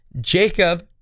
Jacob